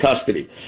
custody